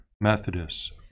Methodists